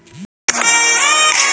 Withdraw परची हर का होते, ओकर का काम हे?